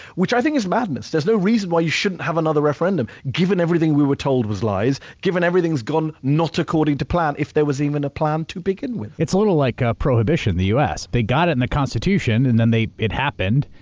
which i think is madness. there's no reason why you shouldn't have another referendum, given everything we were told was lies, given everything's gone not according to plan, if there was even a plan to begin with. it's a little like ah prohibition in the u. s. they got in the constitution, and then it happened,